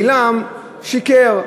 בלעם שיקר,